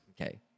Okay